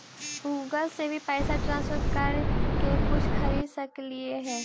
Google से भी पैसा ट्रांसफर कर के कुछ खरिद सकलिऐ हे?